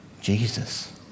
Jesus